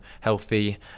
healthy